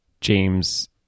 James